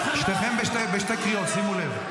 שניכם בשתי קריאות, שימו לב.